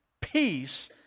Peace